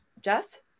Jess